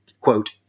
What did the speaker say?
quote